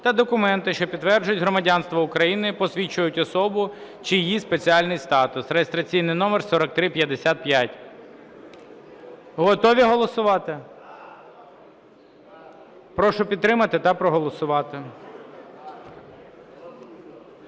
та документи, що підтверджують громадянство України, посвідчують особу чи її спеціальний статус" (реєстраційний номер 4355). Готові голосувати? Прошу підтримати та проголосувати.